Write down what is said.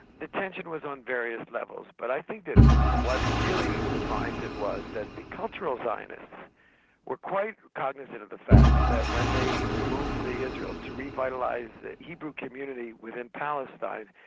the tension was on various levels but i think that what really defines it was that the cultural zionists were quite cognizant of the fact that when they moved to the, israel to revitalise the hebrew community within palestine,